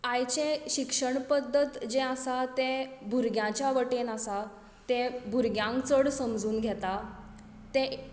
आयचें शिक्षण पध्दत जें आसा तें भुरग्यांच्या वटेन आसा तें भुरग्यांक चड समजून घेता तें